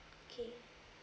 okay